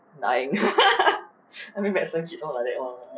dying I mean medicine kids all like that [one] ah